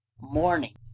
morning